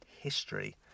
history